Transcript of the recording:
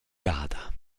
gada